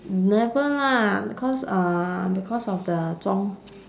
never lah because uh because of the zhong